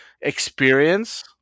experience